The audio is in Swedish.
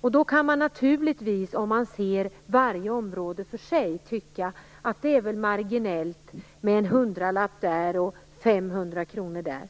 Om man ser varje område för sig kan man naturligtvis tycka att det är marginellt med en hundralapp eller femhundra kronor.